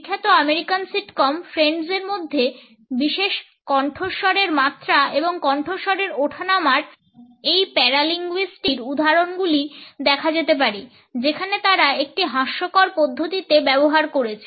বিখ্যাত American sitcom Friends এর মধ্যে বিশেষ করে কণ্ঠস্বরের মাত্রা এবং কণ্ঠস্বরের ওঠানামার এই প্যারাভাষিক বৈশিষ্ট্যগুলির উদাহরণগুলি দেখা যেতে পারে যেখানে তারা একটি হাস্যকর পদ্ধতিতে ব্যবহার করেছে